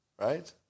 right